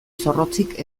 zorrotzik